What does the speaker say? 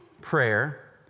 prayer